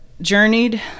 journeyed